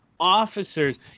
officers